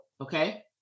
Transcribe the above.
Okay